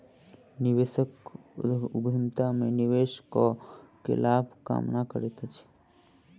निवेशक उद्यमिता में निवेश कअ के लाभक कामना करैत अछि